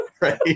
right